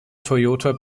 toyota